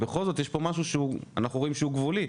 בכל זאת, יש פה משהו שאנחנו רואים שהוא גבולי.